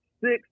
six